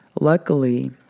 luckily